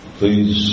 please